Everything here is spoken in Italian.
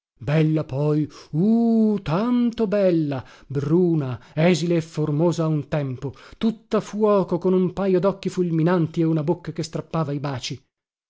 bella poi uh tanto bella bruna esile e formosa a un tempo tutta fuoco con un pajo docchi fulminanti e una bocca che strappava i baci